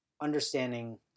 understanding